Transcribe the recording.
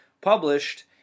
published